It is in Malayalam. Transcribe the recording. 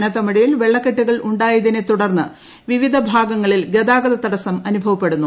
കനത്ത മൃഴയിൽ വെള്ളക്കെട്ടുകൾ ഉണ്ടായതിനെ തുടർന്ന് വിവിധ ഭാഗങ്ങളിൽ ഗതാഗത തടസ്സം അനുഭവപ്പെടുന്നു